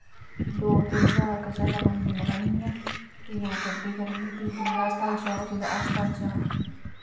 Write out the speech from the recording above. दो तिन ज्हार कशा ते कोई मनदा नेईं ऐ फ्ही ओ गड्डी करियै फ्ही दुए हस्पताल जाओ जिल्लै हस्पताल जाओ